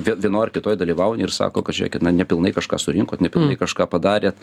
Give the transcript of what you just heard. vė vienoj ar kitoj dalyvauni ir sako kad žiūrėkit na nepilnai kažką surinkot nepilnai kažką padarėt